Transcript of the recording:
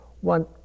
one